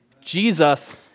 Jesus